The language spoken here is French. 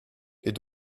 est